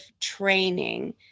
training